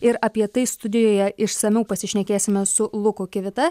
ir apie tai studijoje išsamiau pasišnekėsime su luku kivita